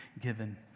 given